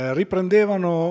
riprendevano